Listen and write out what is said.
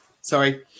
Sorry